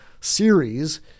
series